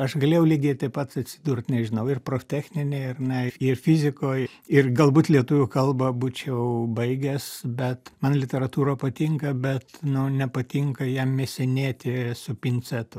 aš galėjau lygiai taip pat atsidurt nežinau ir proftechninėj ar ne ir fizikoj ir galbūt lietuvių kalbą būčiau baigęs bet man literatūra patinka bet nu nepatinka ją mėsinėti su pincetu